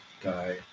guy